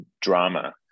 drama